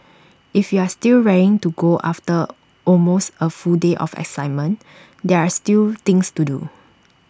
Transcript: if you are still raring to go after almost A full day of excitement there are still things to do